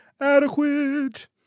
adequate